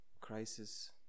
crisis